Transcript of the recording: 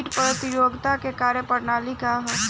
कीट प्रतिरोधकता क कार्य प्रणाली का ह?